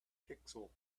pixel